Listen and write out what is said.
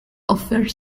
offer